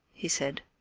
he said.